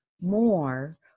more